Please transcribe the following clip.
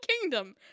kingdom